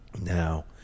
Now